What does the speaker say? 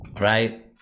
right